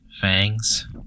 fangs